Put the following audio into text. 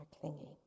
clinging